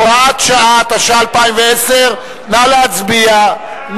(הוראת שעה), התשע"א 2010. נא להצביע.